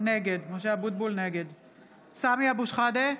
נגד סמי אבו שחאדה,